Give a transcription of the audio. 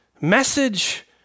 message